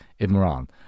Imran